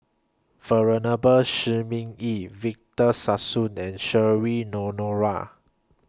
Venerable Shi Ming Yi Victor Sassoon and Cheryl Noronha